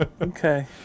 Okay